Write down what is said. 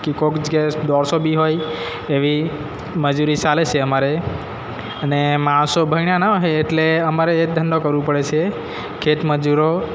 કે કોઈક જગ્યાએ દોઢસો બી હોય એવી મજૂરી ચાલે છે અમારે અને માણસો ભણ્યા ન હોય એટલે અમારે એ ધંધો કરવું પડે છે ખેતમજૂરો